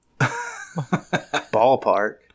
Ballpark